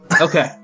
Okay